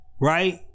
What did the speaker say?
Right